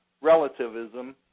relativism